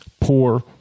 poor